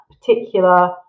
particular